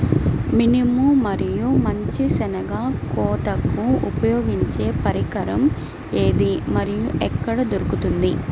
మినుము మరియు మంచి శెనగ కోతకు ఉపయోగించే పరికరం ఏది మరియు ఎక్కడ దొరుకుతుంది?